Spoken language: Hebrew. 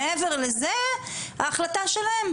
מעבר לזה ההחלטה שלהם,